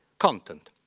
content.